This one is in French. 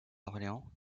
orléans